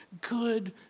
good